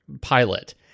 pilot